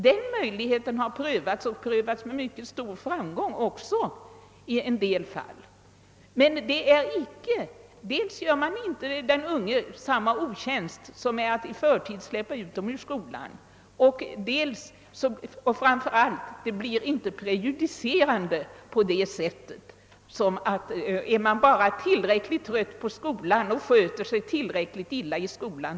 Den möjligheten har prövats, och prövats med mycket stor framgång också i en del fall. Därigenom gör man dels inte den unge samma otjänst som om man i förtid släppte ut honom ur skolan och dels — och framför allt — blir det inte prejudicerande att en elev får sluta skolan om han bara är tillräckligt trött på skolan eller sköter sig tillräckligt illa där.